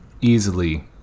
easily